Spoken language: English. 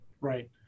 Right